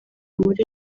muri